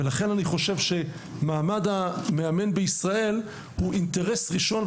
ולכן אני חושב שמעמד המאמן בישראל הוא אינטרס ראשון,